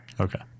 Okay